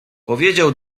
powiedział